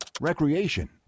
recreation